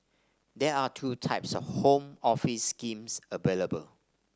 there are two types of Home Office schemes available